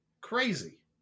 crazy